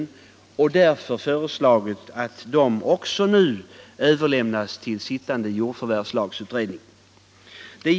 — Nr 121 Utskottet har därför föreslagit att också de motionerna skall överlämnas Fredagen den till den sittande jordförvärvsutredningen.